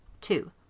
Two